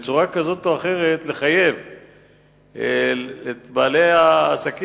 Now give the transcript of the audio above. לחייב בצורה כזאת או אחרת את בעלי העסקים